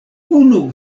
unu